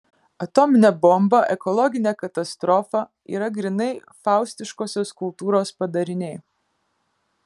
atominė bomba ekologinė katastrofa yra grynai faustiškosios kultūros padariniai